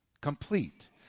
Complete